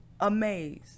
amazed